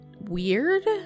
weird